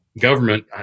government